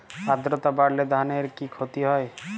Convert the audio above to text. আদ্রর্তা বাড়লে ধানের কি ক্ষতি হয়?